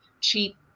cheap